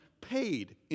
paid